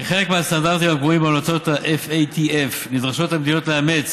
כחלק מהסטנדרטים הקבועים בהמלצות FATF נדרשות המדינות לאמץ